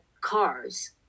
cars